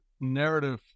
narrative